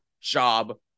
job